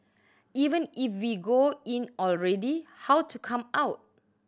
even if go in already how to come out